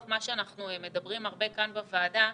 מה שאנחנו מדברים הרבה כאן בוועדה,